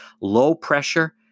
Low-pressure